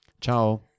Ciao